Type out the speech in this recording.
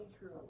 true